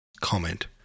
comment